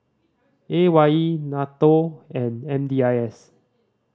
A Y E NATO and M D I S